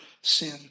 sin